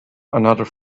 another